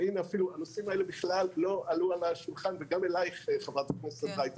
הנושאים האלה בכלל לא עלו על השולחן ו גם אליך חברת הכנסת רייטן